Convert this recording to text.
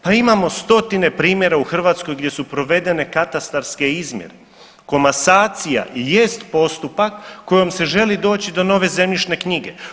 Pa imamo stotine primjera u Hrvatskoj gdje su provedene katastarske izmjere, komasacija jest postupak kojom se želi doći do nove zemljišne knjige.